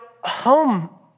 home